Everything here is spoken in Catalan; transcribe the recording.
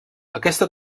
aquesta